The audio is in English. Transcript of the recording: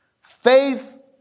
Faith